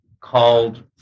called